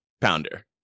pounder